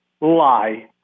lie